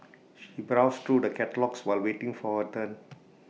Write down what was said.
she browsed through the catalogues while waiting for her turn